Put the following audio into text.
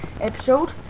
episode